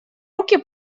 руки